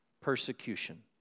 persecution